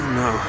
no